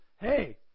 Hey